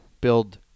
build